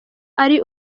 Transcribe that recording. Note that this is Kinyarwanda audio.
ari